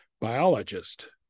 biologist